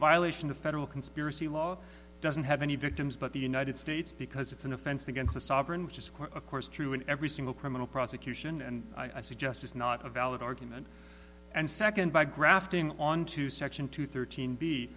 violation of federal conspiracy law doesn't have any victims but the united states because it's an offense against a sovereign which is of course true in every single criminal prosecution and i suggest is not a valid argument and second by grafting on to section two thirteen be